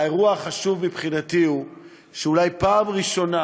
האירוע החשוב מבחינתי הוא שאולי בפעם הראשונה